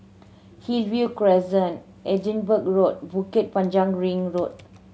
Hillview Crescent Edinburgh Road Bukit Panjang Ring Road